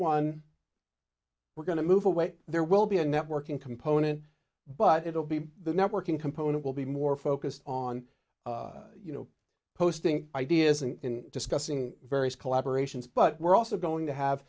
one we're going to move away there will be a networking component but it will be the networking component will be more focused on you know posting ideas in discussing various collaboration's but we're also going to